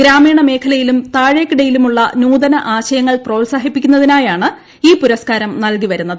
ഗ്രാമീണ മേഖലയിലു് താഴേക്കിടയിലുമുള്ള നൂതന ആശയങ്ങൾ പ്രോത്സാഹിപ്പിക്കുന്നതിന്റായാണ് ഈ പുരസ്കാരം നൽകിവരുന്നത്